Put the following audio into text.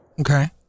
Okay